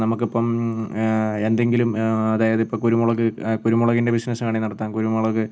നമുക്കിപ്പം എന്തെങ്കിലും അതായത് ഇപ്പം കുരുമുളക് കുരുമുളകിൻ്റെ ബിസിനസ്സ് വേണമെങ്കിൽ നടത്താം കുരുമുളക്